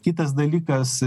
kitas dalykas